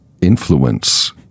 influence